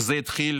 וזה התחיל